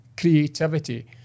creativity